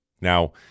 Now